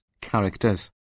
characters